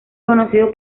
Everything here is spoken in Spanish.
conocidos